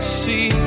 see